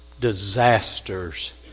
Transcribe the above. disasters